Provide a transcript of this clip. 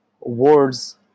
words